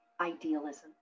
idealism